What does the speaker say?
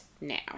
now